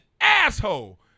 asshole